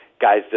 guys